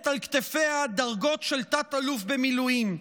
על כתפיה דרגות של תת-אלוף במילואים,